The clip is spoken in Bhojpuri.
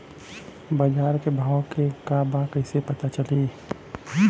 बाजार के भाव का बा कईसे पता चली?